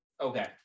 Okay